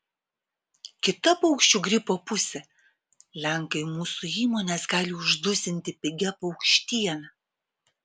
kita paukščių gripo pusė lenkai mūsų įmones gali uždusinti pigia paukštiena